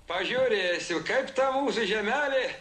pažiūrėsiu kaip ta mūsų žemelė